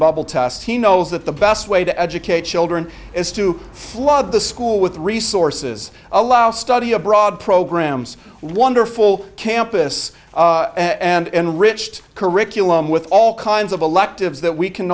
bubble test he knows that the best way to educate children is to flood the school with resources allow study abroad programs wonderful campus and enriched curriculum with all kinds of electives that we can